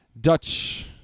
Dutch